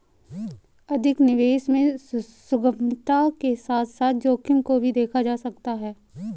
अधिक निवेश में सुगमता के साथ साथ जोखिम को भी देखा जा सकता है